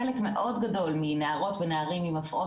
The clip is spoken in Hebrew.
חלק מאוד גדול מנערות ונערים עם הפרעות